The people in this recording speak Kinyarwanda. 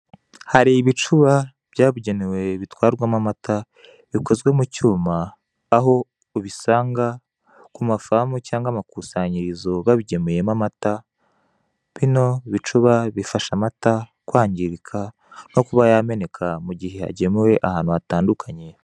Hari ibicuba byabugenewe bitwarwamo amata, bikozwe mu cyuma, aho ubisanga ku mafamu cyangwa amakusanyirizo babigemuyemo amata, bino bicuba bifasha amata kwangirika, nko kuba yameneka mugihe agemuwe ahantu hatandukanye.